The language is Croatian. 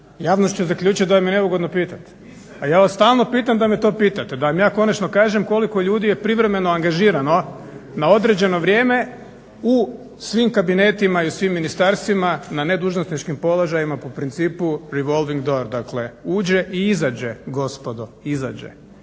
Javnost će zaključiti da vam je neugodno pitati, a ja vas stalno pitam da me to pitate, da vam ja konačno kažem koliko ljudi je privremeno angažirano na određeno vrijeme u svim kabinetima i u svima ministarstvima na nedužnosničkim položajima po principu „revolving door“, dakle uđe i izađe gospodo, izađe.